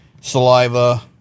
Saliva